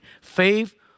faith